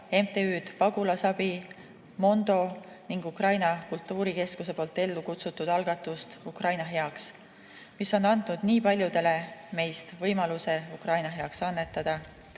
Eesti Pagulasabi ning [tunnustada] Ukraina Kultuurikeskuse ellu kutsutud algatust "Ukraina heaks!", mis on andnud nii paljudele meist võimaluse Ukraina heaks annetada.